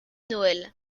noël